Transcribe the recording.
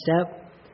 step